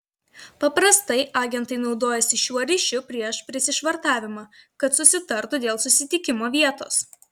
paprastai agentai naudojasi šiuo ryšiu prieš prisišvartavimą kad susitartų dėl susitikimo vietos